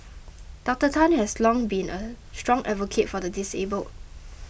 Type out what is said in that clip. Doctor Tan has long been a strong advocate for the disabled